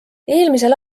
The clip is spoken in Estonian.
eelmisel